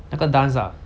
那个 dance ah